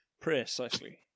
Precisely